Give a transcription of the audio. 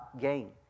gain